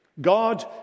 God